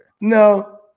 No